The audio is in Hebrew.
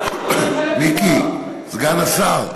מיקי, סגן השר,